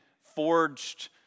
forged